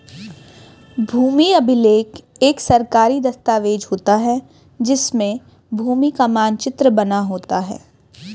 भूमि अभिलेख एक सरकारी दस्तावेज होता है जिसमें भूमि का मानचित्र बना होता है